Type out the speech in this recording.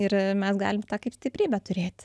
ir mes galim tą kaip stiprybę turėti